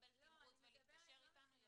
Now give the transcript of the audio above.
לקבל תימרוץ ולהתקשר לפני כן?